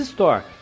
Store